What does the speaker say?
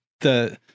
the-